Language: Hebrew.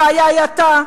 הבעיה היא אתה,